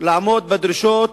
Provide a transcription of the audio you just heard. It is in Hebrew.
לעמוד בדרישות